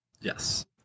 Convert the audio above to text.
Yes